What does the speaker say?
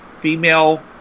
female